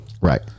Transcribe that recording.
Right